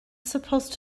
supposed